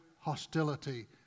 hostility